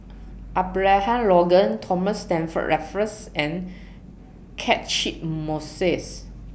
Abraham Logan Thomas Stamford Raffles and Catchick Moses